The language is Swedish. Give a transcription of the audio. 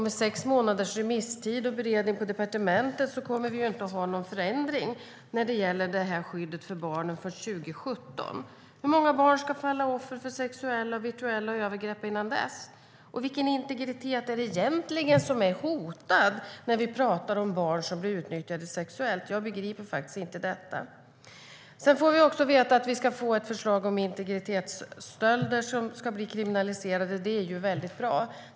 Med sex månaders remisstid och beredning på departementet kommer det inte att bli någon förändring av skyddet för barn förrän 2017. Hur många barn ska falla offer för sexuella, virtuella övergrepp innan dess? Vilken integritet är det egentligen som är hotad när vi pratar om barn som blir utnyttjade sexuellt? Jag begriper inte det. Sedan får vi också veta att det ska komma ett förslag om kriminalisering av identitetsstölder, och det är väldigt bra.